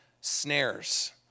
snares